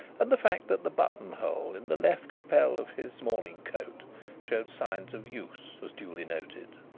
and the fact that the buttonhole in the left lapel of his morning coat showed signs of use was duly noted.